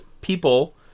people